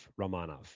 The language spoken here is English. Ramanov